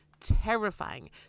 terrifying